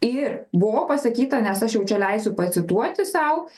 ir buvo pasakyta nes aš jau čia leisiu pacituoti sau